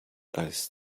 als